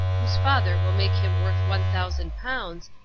whose father will make him worth one thousand pounds,